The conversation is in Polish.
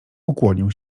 ukłonił